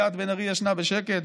ליאת בן-ארי ישנה בשקט,